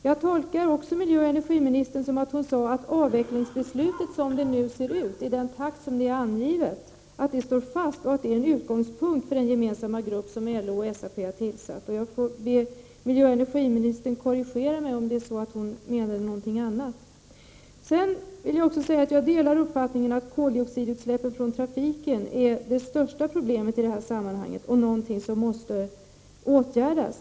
Jag tolkar vad energioch miljöministern sade så, att avvecklingsbeslutet som det nu ser ut och med den takt som är angiven står fast och att det är utgångspunkten för arbetet i den gemensamma grupp som LO och SAP tillsatt. Jag ber miljöoch energiministern korrigera mig om hon har menat någonting annat. Jag delar också uppfattningen att koldioxidutsläppen från trafiken är det största problemet i detta sammanhang och någonting som måste åtgärdas.